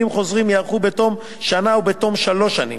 חוזרים ייערכו בתום שנה ובתום שלוש שנים.